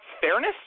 fairness